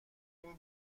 این